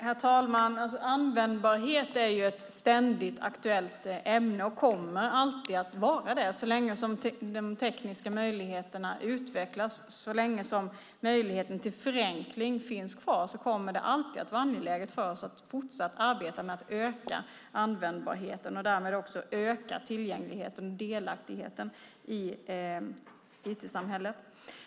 Herr talman! Användbarhet är ett ständigt aktuellt ämne och kommer alltid att vara det. Så länge som de tekniska möjligheterna utvecklas och möjligheten till förenkling finns kvar kommer det alltid att vara angeläget för oss att fortsatt arbeta med att öka användbarheten och därmed också öka tillgängligheten och delaktigheten i IT-samhället.